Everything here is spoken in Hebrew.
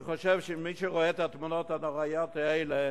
אני חושב שמי שרואה את התמונות הנוראיות האלה